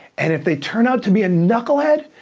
and if they turn out to be a knucklehead,